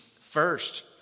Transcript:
first